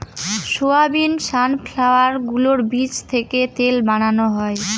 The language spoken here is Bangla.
সয়াবিন, সানফ্লাওয়ার এগুলোর বীজ থেকে তেল বানানো হয়